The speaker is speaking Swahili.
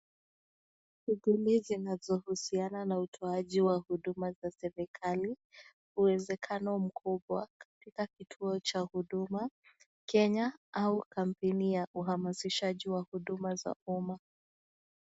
Utumizi zinazohusiana na utoaji wa huduma za serikali, uwezekano mkubwa katika kitupo cha huduma kenya au kampuni ya uhamasishaji wa huduma za umma.